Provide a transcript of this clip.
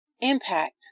impact